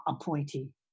appointee